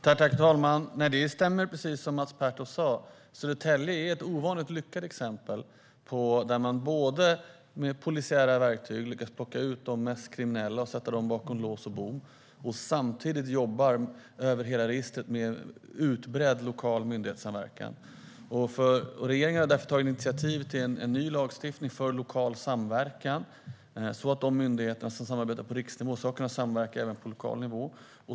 Herr talman! Det Mats Pertoft sa stämmer. Södertälje är ett ovanligt lyckat exempel, där man med polisiära verktyg har lyckats plocka ut de mest kriminella och sätta dem bakom lås och bom och samtidigt har jobbat över hela registret med utbredd lokal myndighetssamverkan. Regeringen har därför tagit initiativ till ny lagstiftning för lokal samverkan, så att de myndigheter som samarbetar på riksnivå ska kunna samarbeta även på lokal nivå.